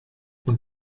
und